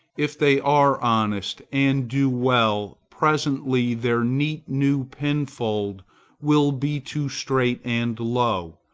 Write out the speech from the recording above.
if they are honest and do well, presently their neat new pinfold will be too strait and low,